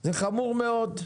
זה חמור מאוד.